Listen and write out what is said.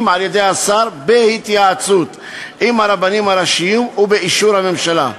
על-ידי השר בהתייעצות עם הרבנים הראשיים ובאישור הממשלה.